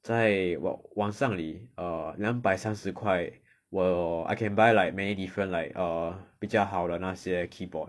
在网上里 err 两百三十块 well I can buy like many different like err 比较好的那些 keyboard